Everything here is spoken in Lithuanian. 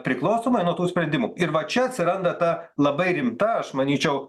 priklausomai nuo tų sprendimų ir va čia atsiranda ta labai rimta aš manyčiau